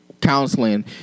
counseling